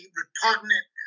repugnant